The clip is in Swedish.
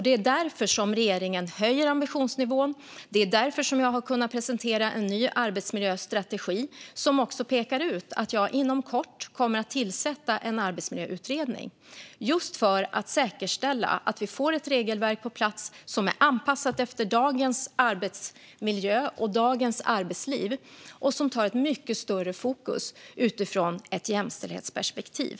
Det är därför regeringen höjer ambitionsnivån, och det är därför jag har kunnat presentera en ny arbetsmiljöstrategi, som pekar ut att jag inom kort kommer att tillsätta en arbetsmiljöutredning, just för att säkerställa att vi får ett regelverk på plats som är anpassat efter dagens arbetsmiljö och arbetsliv och som har ett mycket större fokus utifrån ett jämställdhetsperspektiv.